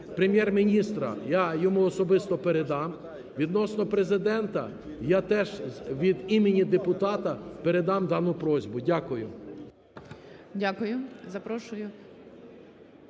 Прем’єр-міністра, я йому особисто передам. Відносно Президента, я теж від імені депутата передам дану просьбу. Дякую. ГОЛОВУЮЧИЙ. Дякую. Запрошую…